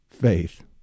Faith